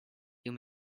you